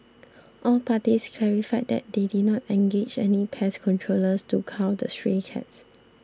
all parties clarified that they did not engage any pest controllers to cull the stray cats